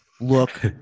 look